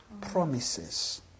promises